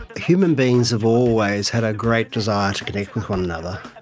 human beings have always had a great desire to connect with one another.